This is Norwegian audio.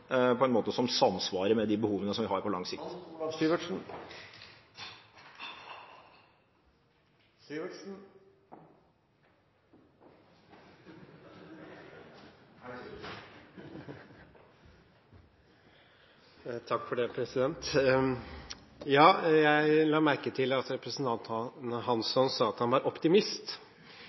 på en måte som samsvarer med de behovene vi har på lang sikt. Jeg la merke til at representanten Hansson sa at han var optimist,